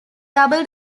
double